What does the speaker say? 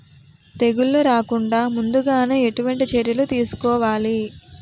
తెగుళ్ల రాకుండ ముందుగానే ఎటువంటి చర్యలు తీసుకోవాలి?